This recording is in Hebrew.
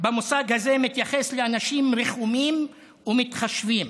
במושג הזה מתייחס לאנשים רחומים ומתחשבים.